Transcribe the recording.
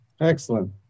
Excellent